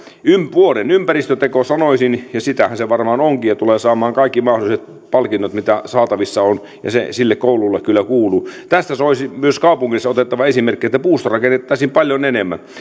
vuoden ympäristöteko sanoisin ja sitähän se varmaan onkin ja se tulee saamaan kaikki mahdolliset palkinnot mitä saatavissa on ja sille koululle kyllä kuuluu tästä soisi myös kaupungeissa otettavan esimerkkiä niin että puusta rakennettaisiin paljon enemmän